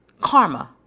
Karma